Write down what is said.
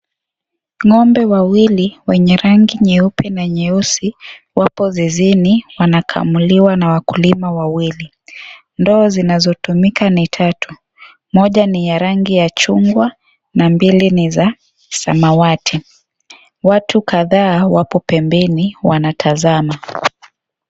Ngombe wawili wenye rangi nyeupe na nyeusi wapo zizini wanakamuliwa na wakulima wawili. Ndoo zinazotumika ni tatu moja ni ya rangi ya chungwa na mbili ni za samawati , watu kadhaa wamo pembeni wanatazama.